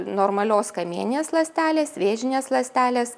normalios kamieninės ląstelės vėžinės ląstelės